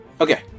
okay